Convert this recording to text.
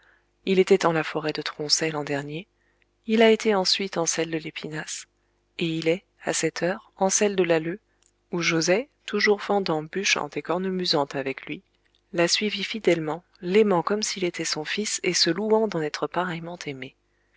il était en la forêt de tronçay l'an dernier il a été ensuite en celle de l'épinasse et il est à cette heure en celle de l'alleu où joset toujours fendant bûchant et cornemusant avec lui l'a suivi fidèlement l'aimant comme s'il était son fils et se louant d'en être pareillement aimé